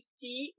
see